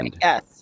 Yes